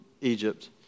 Egypt